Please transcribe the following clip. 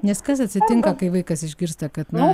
nes kas atsitinka kai vaikas išgirsta kad na